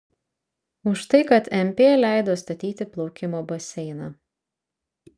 už tai kad mp leido statyti plaukimo baseiną